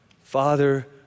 Father